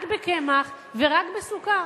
רק בקמח ורק בסוכר.